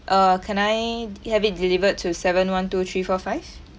err can I have it delivered to seven one two three four five